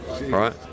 Right